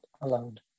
alone